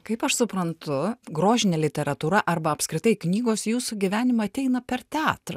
kaip aš suprantu grožinė literatūra arba apskritai knygos į jūsų gyvenimą ateina per teatrą